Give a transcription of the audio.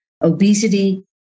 obesity